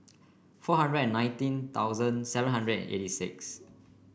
four hundred nineteen thousand seven hundred eighty six